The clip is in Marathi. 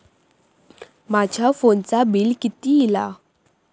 माझ्या फोनचा बिल किती इला?